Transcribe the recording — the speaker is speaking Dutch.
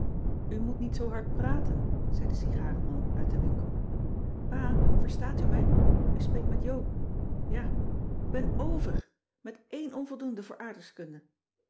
moet niet zoo hard praten zei de sigarenman uit den winkel pa verstaat u me u spreekt met joop ja k ben ovèr met eèn onvoldoende voor aardrijkskunde